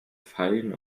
pfeilen